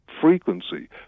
frequency